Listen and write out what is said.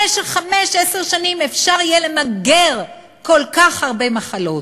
במשך 15 שנים אפשר יהיה למגר כל כך הרבה מחלות.